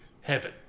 heaven